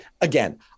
again